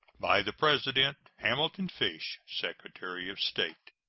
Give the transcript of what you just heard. by the president hamilton fish, secretary of state.